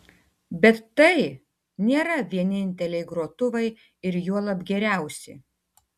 bet tai nėra vieninteliai grotuvai ir juolab geriausi